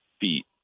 feet